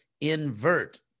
invert